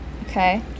Okay